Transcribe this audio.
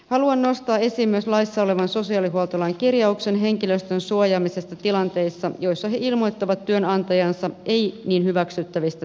haluan nostaa esiin myös laissa olevan sosiaalihuoltolain kirjauksen henkilöstön suojaamisesta tilanteissa joissa he ilmoittavat työnantajansa ei niin hyväksyttävistä toimista